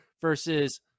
versus